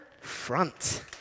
front